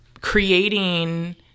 creating